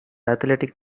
athletic